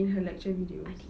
in her lecture videos